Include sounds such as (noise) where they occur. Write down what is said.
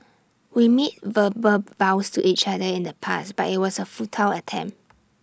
we made verbal vows to each other in the past but IT was A futile attempt (noise)